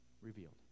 revealed